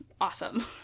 awesome